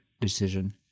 decision